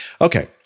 Okay